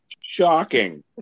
shocking